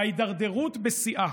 ההידרדרות בשיאה,